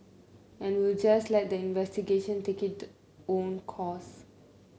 and we'll just let the investigation take it own course